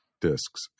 discs